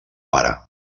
pare